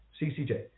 CCJ